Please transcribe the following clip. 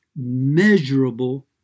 measurable